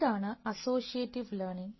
ഇതാണ് associative learning